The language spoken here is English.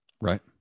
Right